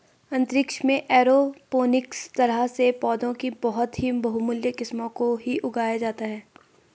अंतरिक्ष में एरोपोनिक्स तरह से पौधों की बहुत ही बहुमूल्य किस्मों को ही उगाया जाता है